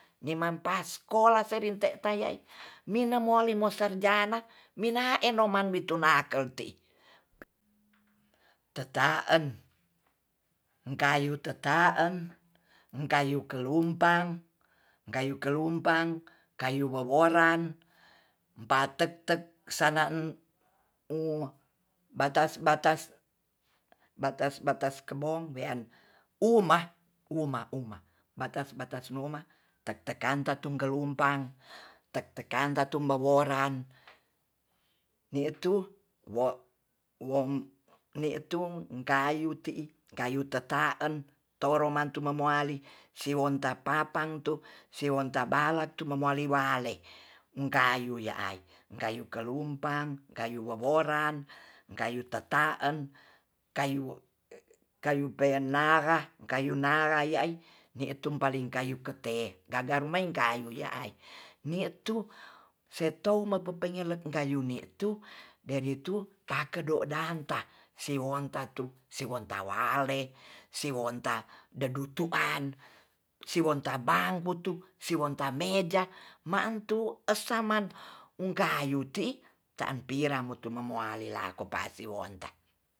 Niman pas sekola serin te tayai minem mole mu serjana minae nomang witu nake te'i teta en tayu tetaen kayu kelumpang kayu kelumpang kayu woworan patek-tek san batas-batas, batas-batas kemong wean umah- umah-umah batas-batas umah tek-tekan tatum kelumpang tek-tekan tatum maworang ni tu wo-wong witu kayu ti'i kayu tetaen toromantu momuali siwon ta papang tu wiwon ta balak tu memuale-walei kayu ya'i kayu kelumpang kayu woworan kayu tetaen kayu-kayu penara kayu nara yai ni tu paling kayu kete gaga rumai kayu ya ae ni tu seto mepepe ngelek kayuni tu dari tu kakedo danta siwoang tatu siwontawale siwonta dedutuan siwoan ta bangputu siwon ta meja mantu esa manengkayu ti'i taan pira metumemualei lako pasi wonta